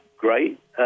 Great